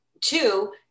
two